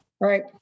Right